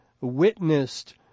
witnessed